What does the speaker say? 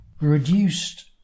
reduced